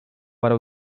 para